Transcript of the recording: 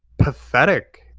pathetic.